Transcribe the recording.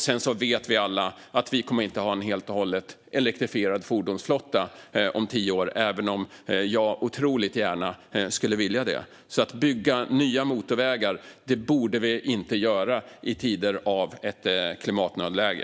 Sedan vet vi alla att det inte kommer att finnas en helt och hållet elektrifierad fordonsflotta om tio år, även om jag otroligt gärna skulle vilja det. Vi borde inte bygga nya motorvägar i tider av ett klimatnödläge.